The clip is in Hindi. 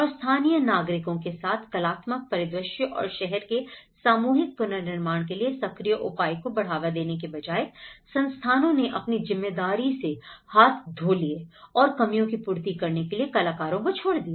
और स्थानीय नागरिकों के साथ कलात्मक परिदृश्य और शहर के सामूहिक पुनर्निर्माण के लिए सक्रिय उपाय को बढ़ावा देने के बजाय संस्थानों ने अपनी जिम्मेदारी से हाथ धो लिए और कमियों की पूर्ति करने के लिए कलाकारों को छोड़ दिया